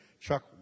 Chuck